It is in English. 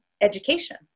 education